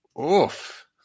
Oof